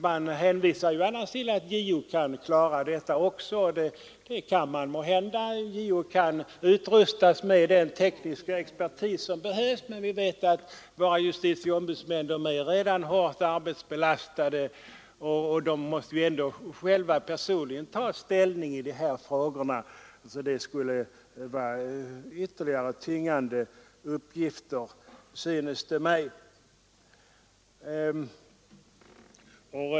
Man hänvisar annars till att JO kan klara även detta. Kanske JO kan utrustas med den tekniska expertis som behövs, men vi vet att våra justitieombudsmän redan är hårt arbetsbelastade och alltid personligen måste ta ställning i sakfrågorna. Det skulle vara ytterligare arbetsbelastande, synes det mig.